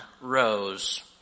rose